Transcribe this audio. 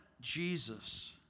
Jesus